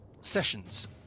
Sessions